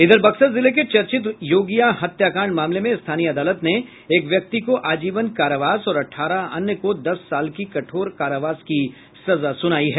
इधर बक्सर जिले के चर्चित योगिया हत्याकांड मामले में स्थानीय अदालत ने एक व्यक्ति को आजीवन कारावास और अठारह अन्य को दस साल के कठोर कारावास की सजा सुनायी है